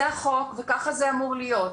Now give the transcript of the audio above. זה החוק וכך זה אמור להיות.